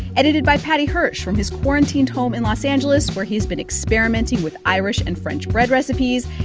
edited by paddy hirsch from his quarantined home in los angeles, where he's been experimenting with irish and french bread recipes,